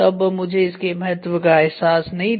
तब मुझे इसके महत्व का एहसास नहीं था